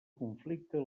conflicte